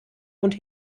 und